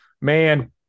man